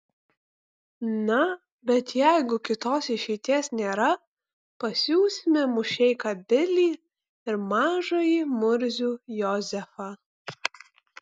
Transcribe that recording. na bet jeigu kitos išeities nėra pasiųsime mušeiką bilį ir mažąjį murzių jozefą